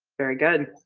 very good.